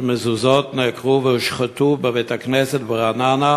שמזוזות נעקרו והושחתו בבית-הכנסת ברעננה